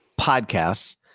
Podcasts